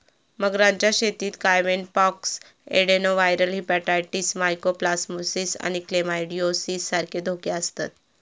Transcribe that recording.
मगरांच्या शेतीत caiman pox, adenoviral hepatitis, mycoplasmosis आणि क्लेमायडिओसिस सारखे धोके आसतत